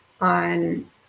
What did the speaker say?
on